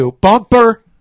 bumper